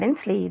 కాబట్టి Zf 0